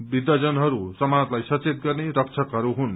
वृद्धजनहरू समाजलाई सचेत गर्ने रक्षकहरू हुन्